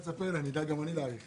האוצר ורשות המיסים, תדעו להעריך